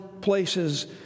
places